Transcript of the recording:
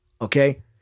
Okay